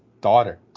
daughter